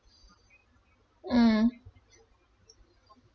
mm